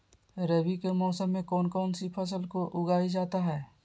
रवि के मौसम में कौन कौन सी फसल को उगाई जाता है?